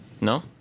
No